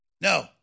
No